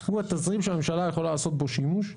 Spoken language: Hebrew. הוא התזרים שהממשלה יכולה לעשות בו שימוש.